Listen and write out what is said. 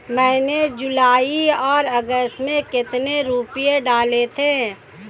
मैंने जुलाई और अगस्त में कितने रुपये डाले थे?